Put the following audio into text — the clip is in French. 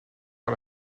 par